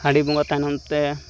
ᱦᱟᱺᱰᱤ ᱵᱚᱸᱜᱟ ᱛᱟᱭᱱᱚᱢᱛᱮ